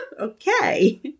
okay